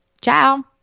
Ciao